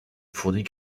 fournit